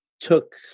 took